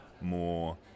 more